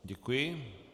Děkuji.